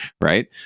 right